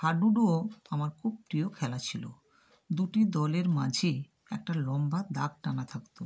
হাডুডুও আমার খুব প্রিয় খেলা ছিলো দুটি দলের মাঝে একটা লম্বা দাগ টানা থাকতো